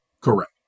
Correct